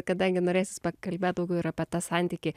kadangi norėsis pakalbėt daugiau ir apie tą santykį